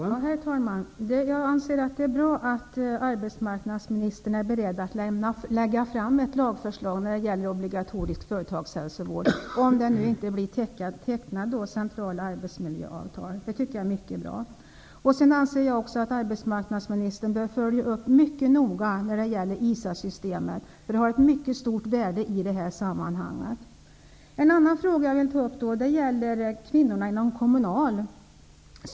Herr talman! Jag anser att det är bra att arbetsmarknadsministern är beredd att lägga fram ett lagförslag när det gäller obligatorisk företagshälsovård om centrala arbetsmiljöavtal inte tecknas. Det tycker jag är mycket bra. Jag anser också att arbetsmarknadsministern bör följa upp ISA-systemet mycket noga, eftersom det har ett mycket stort värde i detta sammanhang. En annan fråga som jag vill ta upp gäller kvinnorna inom Kommunal.